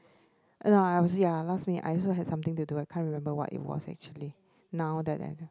I was ya last minute I also had something to do I can't remember what it was actually now that I